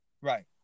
Right